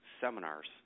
seminars